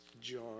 John